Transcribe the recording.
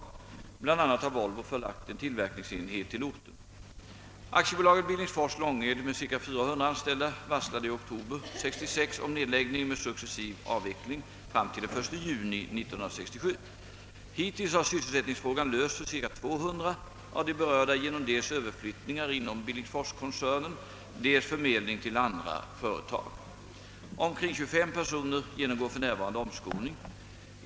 Bl. a. har AB Volvo förlagt en tillverkningsenhet till orten. AB Billingsfors-Långed med cirka 400 anställda varslade i oktober 1966 om nedläggning med successiv avveckling fram till den 1 juni 1967. Hittills har sysselsättningsfrågan lösts för cirka 200 av de berörda genom dels överflyttningar inom Billingsforskoncernen, dels förmedling till andra företag. Omkring 25 personer genomgår f. n. omskolning.